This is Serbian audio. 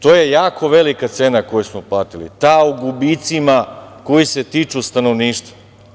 To je jako velika cena koju smo platili, ta u gubicima koji se tiču stanovništva.